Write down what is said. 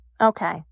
Okay